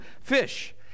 fish